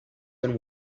than